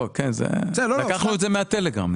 לקחנו מהטלגרם.